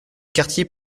quartier